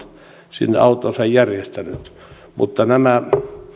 sinne autoonsa järjestänyt